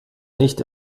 nicht